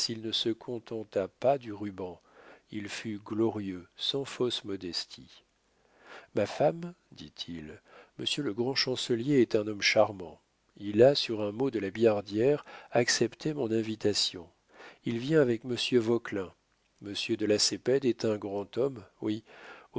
ne se contenta pas du ruban il fut glorieux sans fausse modestie ma femme dit-il monsieur le grand chancelier est un homme charmant il a sur un mot de la billardière accepté mon invitation il vient avec monsieur vauquelin monsieur de lacépède est un grand homme oui